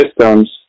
systems